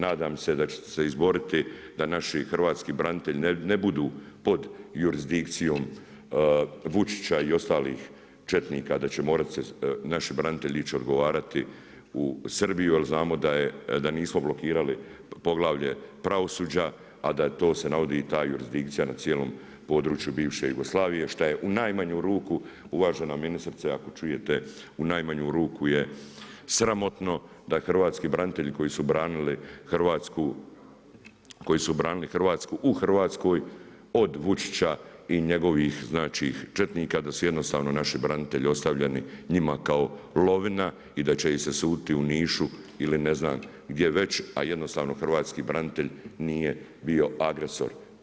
Nadam se da ćete se izboriti da naši hrvatski branitelji ne budu pod jurisdikcijom Vučića i ostalih četnika da će morati se naši branitelji ići odgovarati u Srbiju, jer znamo da nismo blokirali poglavlje pravosuđa, a da to se navodi i ta jurisdikcija na cijelom području bivše Jugoslavije što je u najmanju ruku uvažena ministrice ako čujete u najmanju ruku je sramotno da hrvatski branitelji koji su branili Hrvatsku u Hrvatskoj od Vučića i njegovih znači četnika da su jednostavno naši branitelji ostavljeni njima kao lovina i da će im se suditi u Nišu ili ne znam gdje već, a jednostavno hrvatski branitelj nije bio agresor.